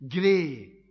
grey